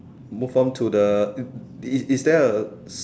move on to the is is there a